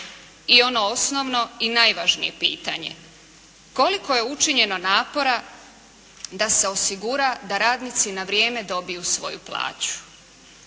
I ono osnovno i najvažnije pitanje. Koliko je učinjeno napora da se osigura da radnici na vrijeme dobiju svoju plaću.